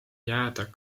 jääda